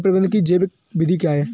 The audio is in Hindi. कीट प्रबंधक की जैविक विधि क्या है?